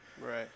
Right